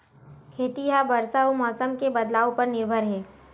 खेती हा बरसा अउ मौसम के बदलाव उपर निर्भर हे